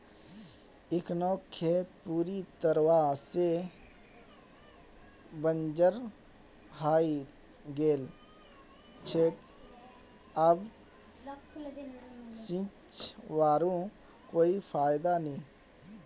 इखनोक खेत पूरी तरवा से बंजर हइ गेल छेक अब सींचवारो कोई फायदा नी